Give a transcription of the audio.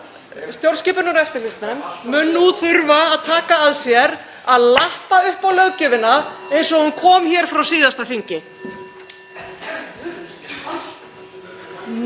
stjórnskipunar- og eftirlitsnefnd mun nú þurfa að taka að sér að lappa upp á löggjöfina eins og hún kom frá síðasta þingi.